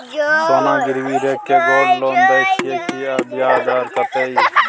सोना गिरवी रैख के गोल्ड लोन दै छियै की, आ ब्याज दर कत्ते इ?